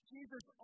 Jesus